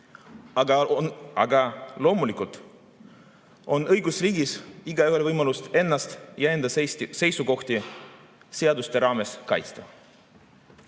Loomulikult on õigusriigis igaühel võimalus ennast ja enda seisukohti seaduste raames kaitsta.